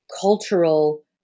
cultural